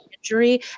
injury